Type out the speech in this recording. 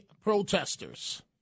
protesters